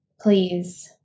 Please